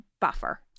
buffer